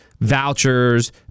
vouchers